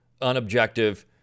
unobjective